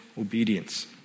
obedience